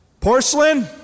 Porcelain